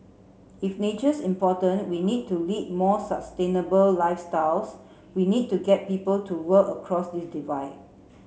if nature's important we need to lead more sustainable lifestyles we need to get people to work across this divide